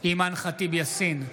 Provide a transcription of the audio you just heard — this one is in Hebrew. אימאן ח'טיב יאסין,